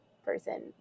person